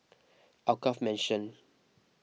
Alkaff Mansion